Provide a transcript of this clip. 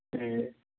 ਅਤੇ